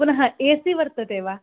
पुनः A C वर्तते वा